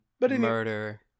murder